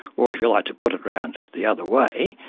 or, if you like to put it around the other way,